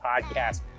podcast